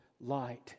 light